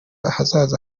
ahazaza